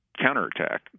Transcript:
counterattack